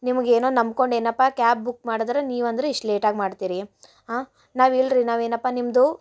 ನಿಮ್ಗ ಏನೋ ನಂಬ್ಕೊಂಡು ಏನಪ್ಪಾ ಕ್ಯಾಬ್ ಬುಕ್ ಮಾಡಿದ್ರೆ ನೀವು ಅಂದ್ರೆ ಇಷ್ಟು ಲೇಟ್ ಆಗಿ ಮಾಡ್ತಿರಿ ನಾವು ಇಲ್ರಿ ನಾವು ಏನಪ್ಪಾ ನಿಮ್ಮದು